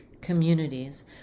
communities